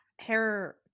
hair